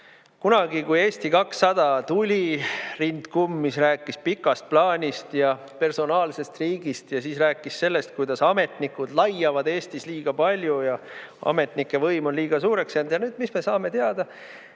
Kunagi, kui Eesti 200 tuli, rind kummis, rääkis ta pikast plaanist ja personaalsest riigist ja siis rääkis sellest, kuidas ametnikud laiavad Eestis liiga palju ja ametnike võim on liiga suureks jäänud. Ja mis me nüüd saame teada?